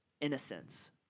innocence